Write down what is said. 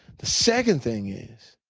the second thing is